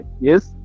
yes